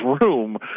room